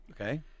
Okay